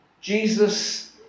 Jesus